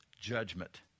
judgment